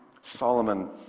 Solomon